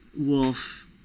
wolf